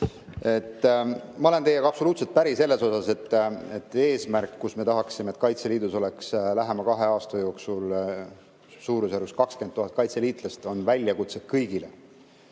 Ma olen teiega absoluutselt päri selles, et see eesmärk – me tahaksime, et Kaitseliidus oleks lähema kahe aasta jooksul suurusjärgus 20 000 kaitseliitlast – on väljakutse kõigile: